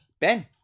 Ben